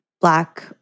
Black